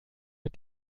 mit